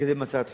לקדם הצעת חוק,